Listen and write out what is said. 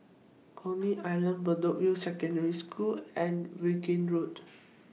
Coney Island Bedok View Secondary School and Vaughan Road